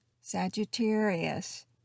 Sagittarius